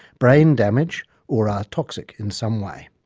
brain damage or are toxic in some way.